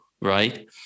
right